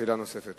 שאלה נוספת.